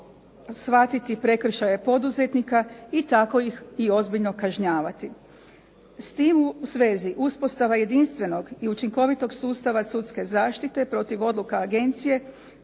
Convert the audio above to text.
shvatiti prekršaje poduzetnika i tako ih i ozbiljno kažnjavati. S tim u svezi uspostava jedinstvenog i učinkovitog sustava sudske zaštite protiv odluka agencije